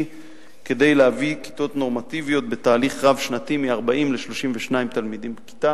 כדי להביא כיתות נורמטיביות בתהליך רב-שנתי מ-40 ל-32 תלמידים בכיתה.